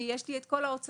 כי יש לי את כל הגמלה,